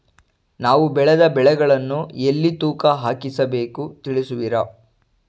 ನಾವು ಬೆಳೆದ ಬೆಳೆಗಳನ್ನು ಎಲ್ಲಿ ತೂಕ ಹಾಕಿಸಬೇಕು ತಿಳಿಸುವಿರಾ?